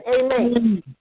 Amen